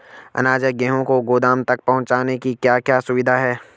अनाज या गेहूँ को गोदाम तक पहुंचाने की क्या क्या सुविधा है?